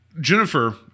Jennifer